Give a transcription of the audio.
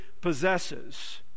possesses